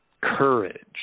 courage